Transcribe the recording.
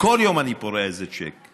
כל יום אני פורע איזה צ'ק,